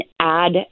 add